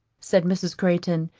said mrs. crayton,